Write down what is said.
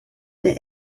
der